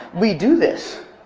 we do this.